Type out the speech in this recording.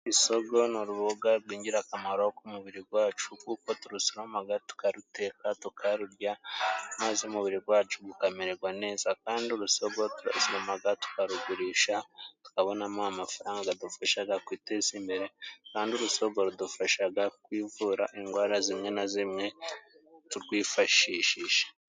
Isogo ni uruboga rw'ingirakamaro k'umubiri gwacu kuko turusoromaga tukaruteka tukarurya maze umubiri gwacu gukamererwa neza ,kandi urusogo turarusoromaga tukarugurisha tukabonamo amafaranga gadufashaga kwiteza imbere ,kandi urusogo rudufashaga kwivura indwara zimwe na zimwe turwifashishije.